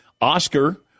Oscar